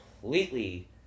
completely